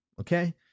okay